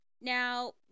Now